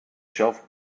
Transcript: shelf